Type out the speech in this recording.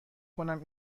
کنم